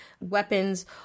weapons